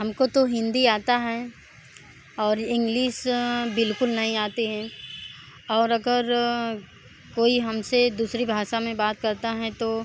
हम को तो हिंदी आती है और इंग्लिश बिल्कुल नहीं आती है और अगर कोई हम से दूसरी भाषा में बात करता है तो